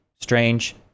strange